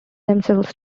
themselves